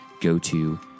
go-to